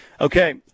Okay